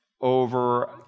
over